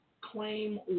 claim